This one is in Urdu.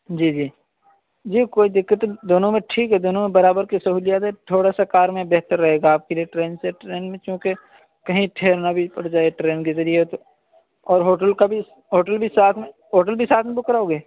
جی جی جی کوئی دقت دونوں میں ٹھیک ہے دونوں میں برابر کی سہولیات ہے تھوڑا سا کار میں بہتر رہے گا آپ کے لیے ٹرین سے ٹرین میں چونکہ کہیں ٹھہرنا بھی پڑ جائے ٹرین کے ذریعے تو اور ہوٹل کا بھی ہوٹل بھی ساتھ میں ہوٹل بھی ساتھ میں بک کراؤ گے